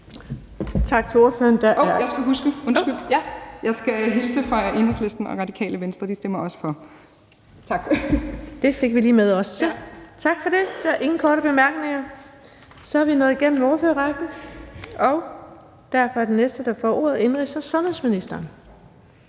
Tak for det. Der er ingen korte bemærkninger. Så er vi nået igennem ordførerrækken, og derfor er den næste, der får ordet, indenrigs- og sundhedsministeren.